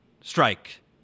strike